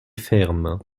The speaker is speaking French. fermes